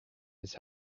his